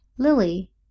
lily